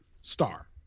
star